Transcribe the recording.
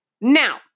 Now